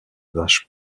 vache